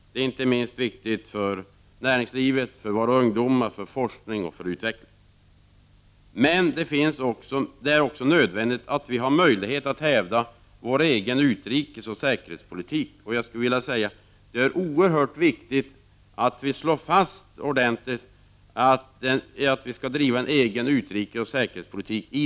Det är viktigt inte minst för näringslivet, för våra ungdomar och för forskning och utveckling. Men det är också nödvändigt att vi har möjlighet att hävda vår egen utrikesoch säkerhetspolitik. Det är i det läge där förhandlingarna nu befinner sig mellan EFTA och EG oerhört viktigt att ordentligt slå fast att vi skall driva en egen utrikesoch säkerhetspolitik.